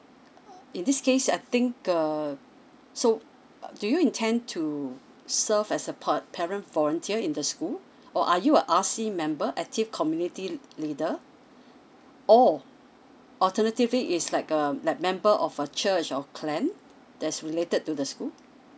uh in this case I think err so uh do you intend to serve as a pa~ parent volunteer in the school or are you a R_C member active community lea~ leader or alternatively it's like uh like member of a church or clan that's related to the school